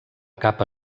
capa